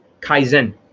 Kaizen